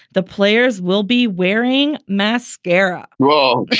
the players will be wearing mascara well,